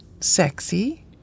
sexy